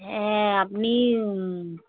হ্যাঁ আপনি